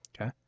Okay